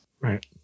Right